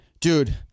dude